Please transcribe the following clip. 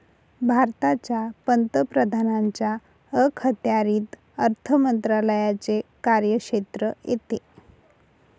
भारताच्या पंतप्रधानांच्या अखत्यारीत अर्थ मंत्रालयाचे कार्यक्षेत्र येते